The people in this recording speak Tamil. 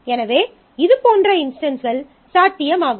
எனவே இதுபோன்ற இன்ஸ்டன்ஸ்கள் சாத்தியமாகும்